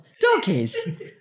Doggies